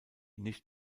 nicht